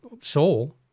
soul